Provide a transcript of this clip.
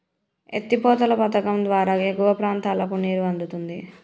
ఎత్తి పోతల పధకం ద్వారా ఎగువ ప్రాంతాలకు నీరు అందుతుంది